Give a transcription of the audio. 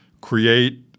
create